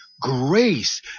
grace